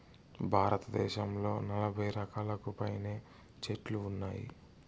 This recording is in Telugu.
భారతదేశంలో నలబై రకాలకు పైనే చెట్లు ఉన్నాయి